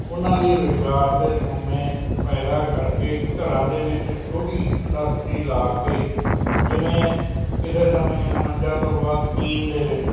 ਉਹਨਾਂ ਲਈ ਰੁਜ਼ਗਾਰ ਦੇ ਸੋਮੇ ਪੈਦਾ ਕਰਕੇ ਘਰਾਂ ਦੇ ਵਿੱਚ ਛੋਟੀ ਇੰਡਸਟਰੀ ਲਾ ਕੇ ਜਿਵੇਂ ਕਿਸੇ ਸਮੇਂ ਉਣੰਜਾ ਤੋਂ ਬਾਅਦ ਚੀਨ ਦੇ ਵਿੱਚ